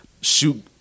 shoot